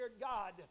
God